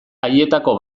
haietako